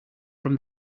from